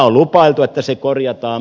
on lupailtu että se korjataan